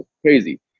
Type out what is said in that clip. crazy